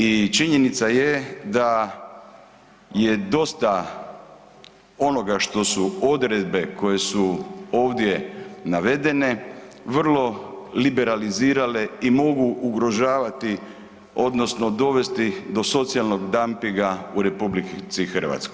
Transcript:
I činjenica je da je dosta onoga što su odredbe koje su ovdje navedene vrlo liberalizirale i mogu ugrožavati odnosno dovesti do socijalnog dampinga u RH.